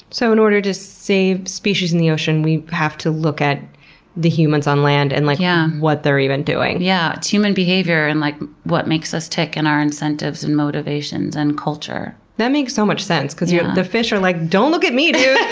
so in order to save species in the ocean, we have to look at the humans on land and like yeah what they're even doing. yeah, it's human behavior and like what makes us tick and our incentives and motivations and culture. that makes so much sense, because yeah the fish are like, don't look at me dude!